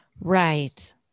Right